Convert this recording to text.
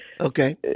Okay